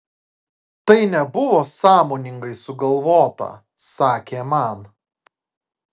tai nebuvo sąmoningai sugalvota sakė man